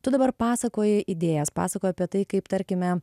tu dabar pasakoji idėjas pasakoji apie tai kaip tarkime